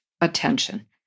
attention